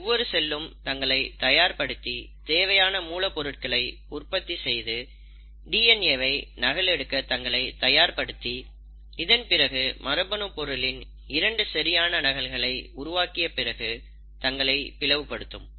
ஆக ஒவ்வொரு செல்லும் தங்களை தயார்படுத்தி தேவையான மூலப் பொருட்களை உற்பத்தி செய்து டிஎன்ஏ வை நகலெடுக்க தங்களை தயார்படுத்தி இதன்பிறகு மரபணு பொருளின் இரண்டு சரியான நகல்களை உருவாக்கிய பிறகு தங்களை பிளவு படுத்தும்